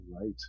Right